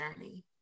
journey